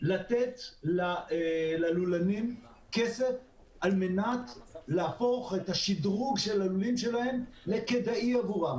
לתת ללולנים כסף על מנת להפוך את השדרוג של הלולים שלהם לכדאי עבורם.